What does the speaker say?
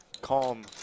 calm